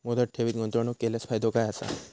मुदत ठेवीत गुंतवणूक केल्यास फायदो काय आसा?